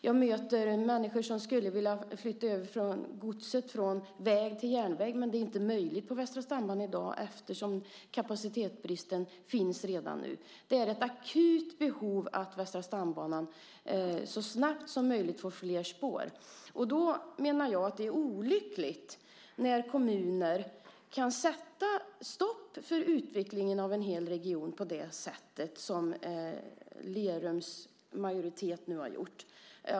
Jag möter människor som skulle vilja flytta över gods från väg till järnväg, men detta är inte möjligt på Västra stambanan i dag eftersom kapacitetsbristen finns redan nu. Det är akut att Västra stambanan så snabbt som möjligt får flera spår! Då menar jag att det är olyckligt när kommuner kan sätta stopp för utvecklingen av en hel region på det sätt som Lerums majoritet nu har gjort.